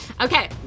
Okay